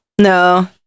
No